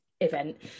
event